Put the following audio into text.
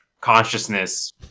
consciousness